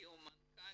שהשקיעו המנכ"ל